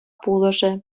пулӑшӗ